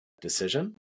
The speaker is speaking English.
decision